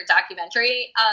documentary